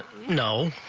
no.